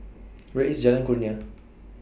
Where IS Jalan Kurnia